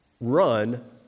run